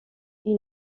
ils